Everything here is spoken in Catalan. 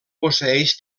posseeix